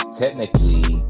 technically